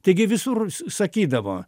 taigi visur sakydavo